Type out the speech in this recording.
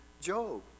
Job